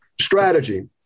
strategy